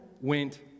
went